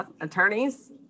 attorneys